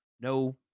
No